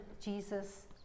Jesus